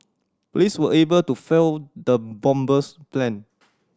police were able to foil the bomber's plan